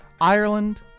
ireland